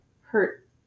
hurt